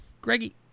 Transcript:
Greggy